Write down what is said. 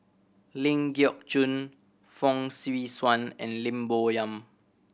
Ling Geok Choon Fong Swee Suan and Lim Bo Yam